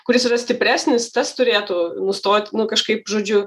kuris yra stipresnis tas turėtų nustoti nu kažkaip žodžiu